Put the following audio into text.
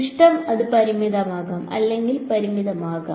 ഇഷ്ടം അത് പരിമിതമാകാം അല്ലെങ്കിൽ പരിമിതമാകാം